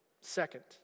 Second